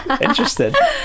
interested